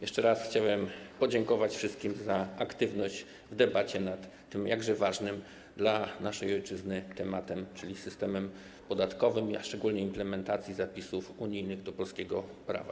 Jeszcze raz chciałem podziękować wszystkim za aktywność w debacie nad tym jakże ważnym dla naszej ojczyzny tematem, czyli systemem podatkowym, a szczególnie tematem implementacji zapisów unijnych do polskiego prawa.